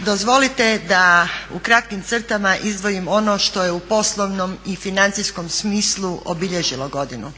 Dozvolite da u kratkim crtama izdvojim ono što je u poslovnom i financijskom smislu obilježilo godinu.